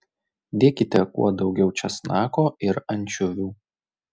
dėkite kuo daugiau česnako ir ančiuvių